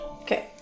Okay